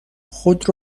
خود